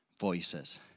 voices